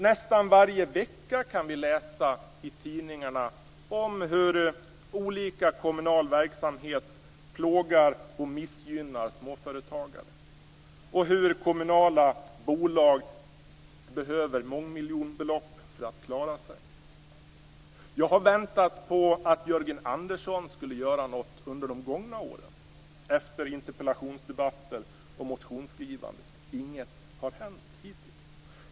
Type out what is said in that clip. Nästan varje vecka kan vi läsa i tidningarna om hur olika kommunala verksamheter plågar och missgynnar småföretagarna och om hur kommunala bolag behöver mångmiljonbelopp för att klara sig. Jag har väntat på att Jörgen Andersson skulle göra något under de gångna åren efter interpellationsdebatter och motionsskrivande. Inget har hänt hittills.